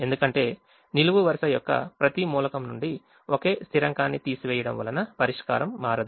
ఎందుకంటే నిలువు వరుస యొక్క ప్రతి మూలకం నుండి ఒకే స్థిరాంకాన్ని తీసివేయడం వలన పరిష్కారం మారదు